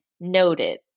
noted